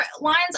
lines